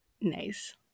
Nice